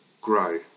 grow